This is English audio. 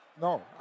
No